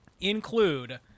include